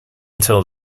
until